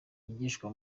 yigishwa